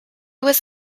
was